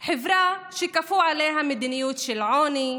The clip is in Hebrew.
חברה שכפו עליה מדיניות של עוני,